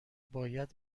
باید